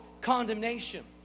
condemnation